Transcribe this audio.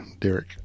Derek